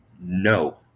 No